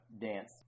dance